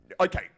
Okay